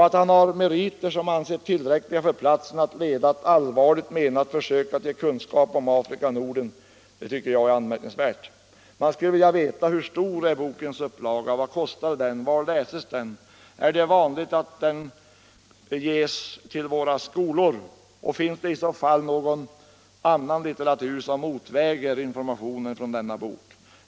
Att hans meriter ansetts tillräckliga för att leda ett allvarligt menat försök att ge kunskap om Afrika i Norden tycker jag är anmärkningsvärt. Man skulle vilja veta: Hur stor är bokens upplaga? Vad kostade den? Var läses den? Är det vanligt att den ges till våra skolor? Finns det i så fall någon annan litteratur som uppväger informationen i denna bok?